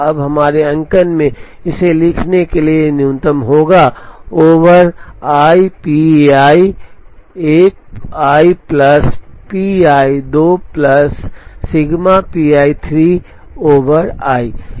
अब हमारे अंकन में इसे लिखने के लिए यह न्यूनतम होगा over I P I 1 I plus P I 2 plus sigma P I 3 over I